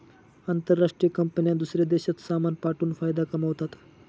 आंतरराष्ट्रीय कंपन्या दूसऱ्या देशात सामान पाठवून फायदा कमावतात